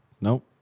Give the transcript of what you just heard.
Nope